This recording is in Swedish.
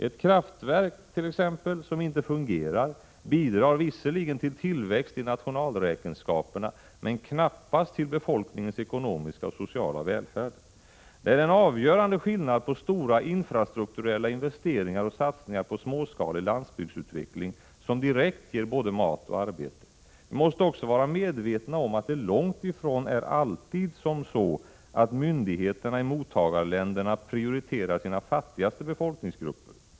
Ett kraftverk t.ex., som inte fungerar, bidrar visserligen till tillväxt i nationalräkenskaperna men knappast till befolkningens ekonomiska och sociala välfärd. Det är en avgörande skillnad mellan stora infrastrukturella investeringar och satsningar på småskalig landsbygdsutveckling, som direkt ger både mat och arbete. Vi måste också vara medvetna om att det är långt ifrån alltid myndigheterna i mottagarländerna prioriterar sina fattigaste befolkningsgrupper.